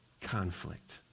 Conflict